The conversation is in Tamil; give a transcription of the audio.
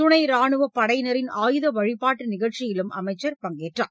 துணை ராணுவப் படையினரின் ஆயுத வழிபாட்டு நிகழ்ச்சியிலும் அமைச்சர் பங்கேற்றார்